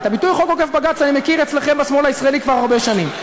את הביטוי "חוק עוקף-בג"ץ" אני מכיר אצלכם בשמאל הישראלי כבר הרבה שנים.